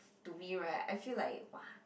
to me right I feel like !wah!